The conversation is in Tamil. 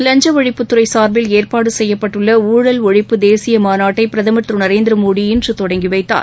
லஞ்ச ஒழிப்புத்துறை சார்பில் ஏற்பாடு செய்யப்பட்டுள்ள ஊழல் ஒழிப்பு தேசிய மாநாட்டை பிரதமர் திரு நரேந்திரமோடி இன்று தொடங்கி வைத்தார்